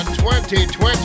2020